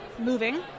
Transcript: moving